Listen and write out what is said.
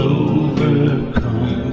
overcome